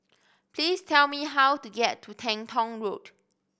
please tell me how to get to Teng Tong Road